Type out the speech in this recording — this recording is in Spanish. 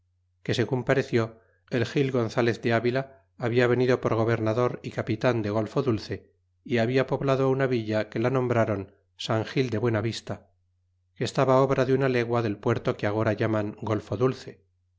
que segun pareció el gil gonzalez de avila habia venido por gobernador y capitan de golfo dulce y habla poblado una villa que la nombrron san gil de buena vista que estaba obra de una legua del puerto que agora llaman golfo dulce